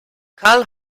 karl